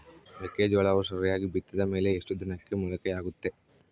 ಮೆಕ್ಕೆಜೋಳವು ಸರಿಯಾಗಿ ಬಿತ್ತಿದ ಮೇಲೆ ಎಷ್ಟು ದಿನಕ್ಕೆ ಮೊಳಕೆಯಾಗುತ್ತೆ?